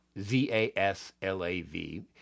Z-A-S-L-A-V